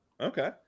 okay